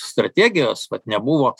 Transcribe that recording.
strategijos vat nebuvo